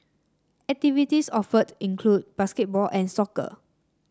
activities offered include basketball and soccer